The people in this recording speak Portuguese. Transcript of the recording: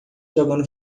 jogando